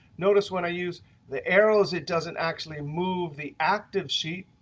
notice, when i use the arrows, it doesn't actually move the active sheet.